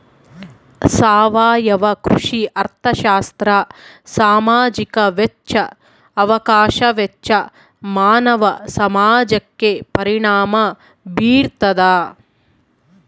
ಸಾವಯವ ಕೃಷಿ ಅರ್ಥಶಾಸ್ತ್ರ ಸಾಮಾಜಿಕ ವೆಚ್ಚ ಅವಕಾಶ ವೆಚ್ಚ ಮಾನವ ಸಮಾಜಕ್ಕೆ ಪರಿಣಾಮ ಬೀರ್ತಾದ